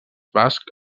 basc